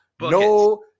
No